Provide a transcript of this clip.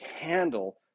handle